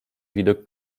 widok